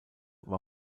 war